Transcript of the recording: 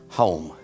home